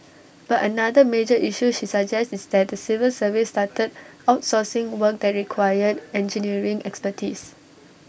but another major issue she suggests is that the civil service started outsourcing work that required engineering expertise